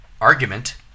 argument